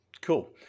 cool